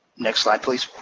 next slide, please.